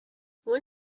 when